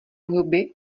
huby